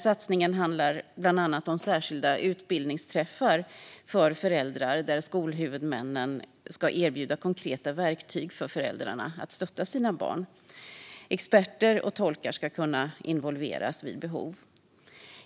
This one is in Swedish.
Satsningen handlar bland annat om särskilda utbildningsträffar för föräldrar där skolhuvudmännen ska erbjuda föräldrarna konkreta verktyg för att stötta barnen. Experter och tolkar ska kunna involveras vid behov.